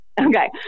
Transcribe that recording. Okay